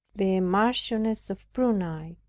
the marchioness of prunai,